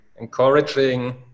encouraging